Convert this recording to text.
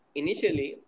initially